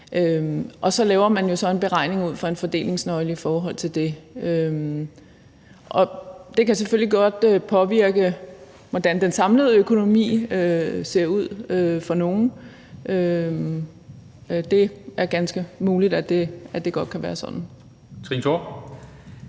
Og så laver man jo så en beregning ud fra en fordelingsnøgle i forhold til det. Og det kan selvfølgelig godt påvirke, hvordan den samlede økonomi ser ud for nogen; det er ganske muligt, at det godt kan være sådan.